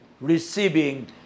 receiving